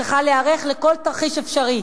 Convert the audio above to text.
צריכה להיערך לכל תרחיש אפשרי,